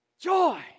Joy